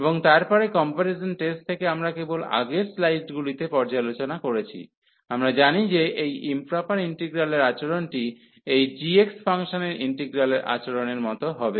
এবং তারপরে comparison test থেকে আমরা কেবল আগের স্লাইডগুলিতে পর্যালোচনা করেছি আমরা জানি যে এই ইম্প্রপার ইন্টিগ্রালের আচরণটি এই g ফাংশনের ইন্টিগ্রালের আচরণের মতো হবে